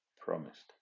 promised